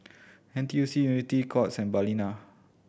N T U C Unity Courts and Balina